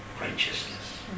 righteousness